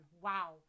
Wow